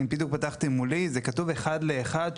אני בדיוק פתחתי מולי זה כתוב אחד לאחד,